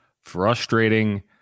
frustrating